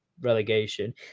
relegation